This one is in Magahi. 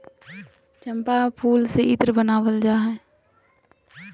चम्पा फूल से इत्र बनावल जा हइ